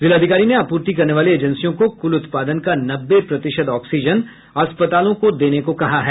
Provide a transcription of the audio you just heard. जिलाधिकारी ने आपूर्ति करने वाली एजेंसियों को कुल उत्पादन का नब्बे प्रतिशत ऑक्सीजन अस्पतालों को देने को कहा है